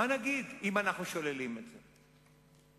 אם אנחנו שוללים את זה,